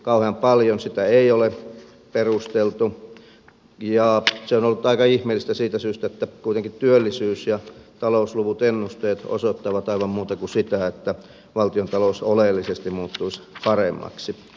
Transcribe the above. kauhean paljon sitä ei ole perusteltu ja se on ollut aika ihmeellistä siitä syystä että kuitenkin työllisyys ja talousluvut ennusteet osoittavat aivan muuta kuin sitä että valtiontalous oleellisesti muuttuisi paremmaksi